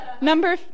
number